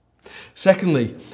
Secondly